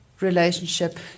relationship